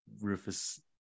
Rufus